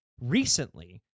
recently